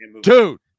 dude